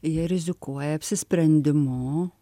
jie rizikuoja apsisprendimu